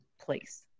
place